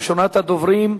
ראשונת הדוברים,